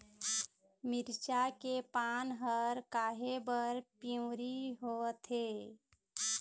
मिरचा के पान हर काहे बर पिवरी होवथे?